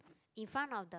in front of the